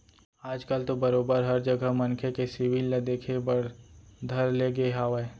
आज कल तो बरोबर हर जघा मनखे के सिविल ल देखे बर धर ले गे हावय